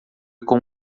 com